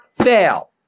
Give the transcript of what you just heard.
fail